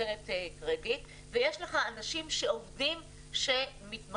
שנותנת קרדיט, ויש לך אנשים שעובדים שמתמחים.